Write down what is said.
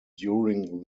during